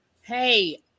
Hey